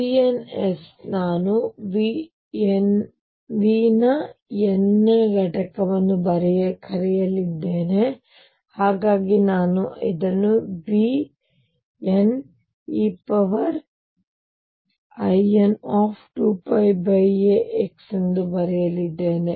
ಮತ್ತು ಈ Cns ನಾನು V ನ n ನೆಯ ಘಟಕವನ್ನು ಕರೆಯಲಿದ್ದೇನೆ ಹಾಗಾಗಿ ನಾನು ಇದನ್ನು nVnein2πax ಎಂದು ಬರೆಯಲಿದ್ದೇನೆ